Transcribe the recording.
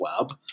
web